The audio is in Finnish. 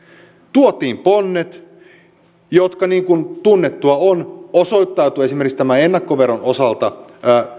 tuotiin ponnet jotka niin kuin tunnettua on osoittautuivat esimerkiksi tämän ennakkoveron osalta